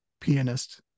pianist